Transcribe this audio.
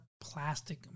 plastic